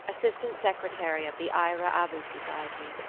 assistant secretary of the eire abu society,